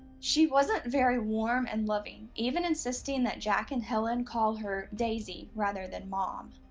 she wasn't very warm and loving, even insisting that jack and helen call her daisie, rather than mom.